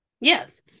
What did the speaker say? Yes